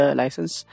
license